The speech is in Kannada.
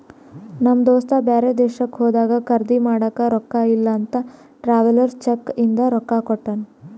ನಮ್ ದೋಸ್ತ ಬ್ಯಾರೆ ದೇಶಕ್ಕ ಹೋದಾಗ ಖರ್ದಿ ಮಾಡಾಕ ರೊಕ್ಕಾ ಇಲ್ಲ ಅಂತ ಟ್ರಾವೆಲರ್ಸ್ ಚೆಕ್ ಇಂದ ರೊಕ್ಕಾ ಕೊಟ್ಟಾನ